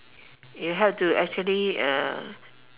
you have to actually uh